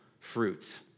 Fruits